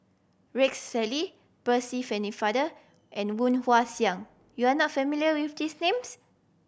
Rex Shelley Percy Pennefather and Woon Wah Siang you are not familiar with these names